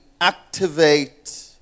activate